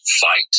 fight